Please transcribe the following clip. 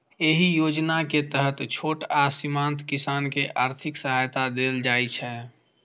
एहि योजना के तहत छोट आ सीमांत किसान कें आर्थिक सहायता देल जाइ छै